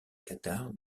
cathares